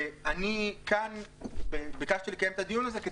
ואני כאן ביקשתי לקיים את הדיון הזה,